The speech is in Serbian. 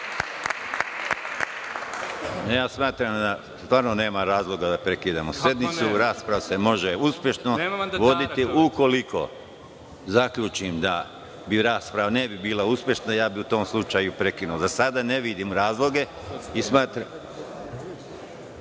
Smatram da zaista nema razloga da prekidamo sednicu. Rasprava se može uspešno voditi. Ukoliko zaključim da rasprava ne bi bila uspešna, u tom slučaju bih prekinuo. Za sada ne vidim razloge. Narodni